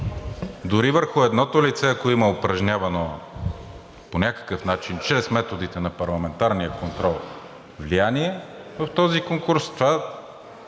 Дори върху едното лице, ако има упражнявано по някакъв начин чрез методите на парламентарния контрол влияние в този конкурс, това е